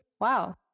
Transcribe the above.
wow